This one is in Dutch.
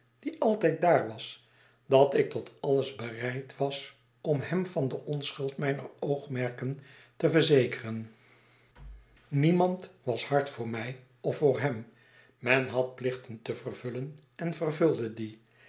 die altijd daar was dat ik tot alles bereid was om hem van de onschuld mijner oogmerken te verzekeren niemand was hard voor mij of voor hem men had plichten te vervullen en vervulde die